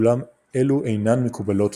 אולם אלו אינן מקובלות במחקר.